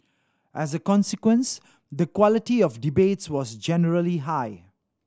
as a consequence the quality of debates was generally high